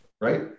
Right